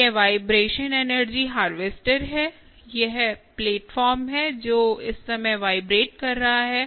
यह vibration energy harvester है यह प्लेटफॉर्म है जो इस समय वाइब्रेट कर रहा है